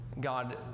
God